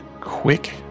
quick